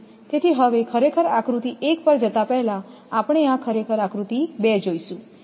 તેથી હવે ખરેખર આકૃતિ એક પર જતા પહેલા આપણે આ ખરેખર આકૃતિ 2 જોઈશું